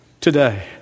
today